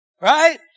right